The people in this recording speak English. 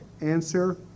Answer